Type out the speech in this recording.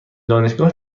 دانشگاه